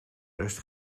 rest